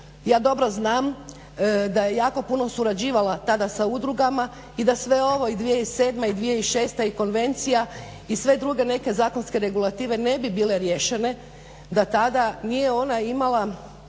ja dobro znam da je jako puno surađivala tada sa udrugama i da sve ovo i 2007. i 2006. i konvencija i sve druge neke zakonske regulative ne bi bile riješene da tada nije ona imala